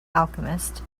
alchemist